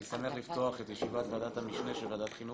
אני שמח לפתוח את ישיבת ועדת המשנה של ועדת החינוך,